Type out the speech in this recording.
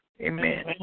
Amen